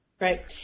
Right